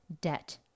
debt